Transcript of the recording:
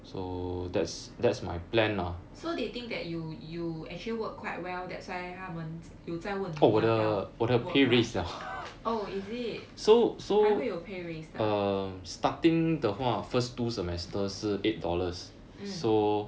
so they think that you you actually worked quite well that's why 他们有在问你要不要 work ah oh is it 还会有 pay raise 的啊 mm